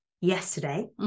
yesterday